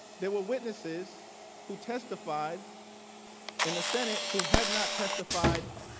there were witnesses who testified in the senate who had not testified